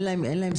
אין להן שפה,